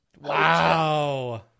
Wow